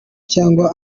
cyangwa